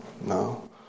no